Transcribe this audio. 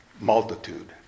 Multitude